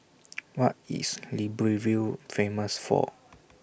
What IS Libreville Famous For